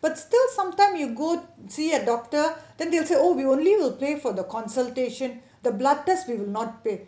but still sometime you go see a doctor then they will say oh we only will pay for the consultation the blood test we will not pay